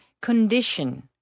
condition